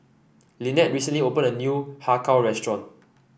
Lynnette recently opened a new Har Kow restaurant